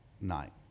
night